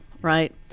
right